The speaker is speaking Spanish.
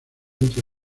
entre